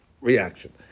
reaction